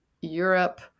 Europe